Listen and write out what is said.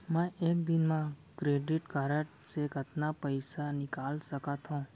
मैं एक दिन म क्रेडिट कारड से कतना पइसा निकाल सकत हो?